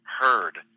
heard